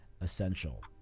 essential